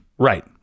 Right